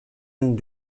and